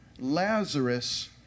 Lazarus